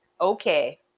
Okay